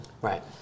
Right